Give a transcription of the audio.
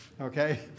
okay